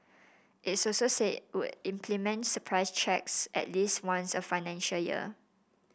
its also said would implement surprise checks at least once a financial year